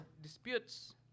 disputes